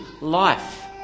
life